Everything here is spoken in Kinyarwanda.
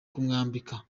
kumwambika